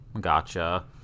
Gotcha